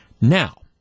Now